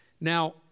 Now